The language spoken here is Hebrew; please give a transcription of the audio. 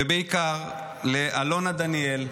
ובעיקר לאלונה דניאל,